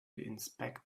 inspect